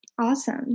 Awesome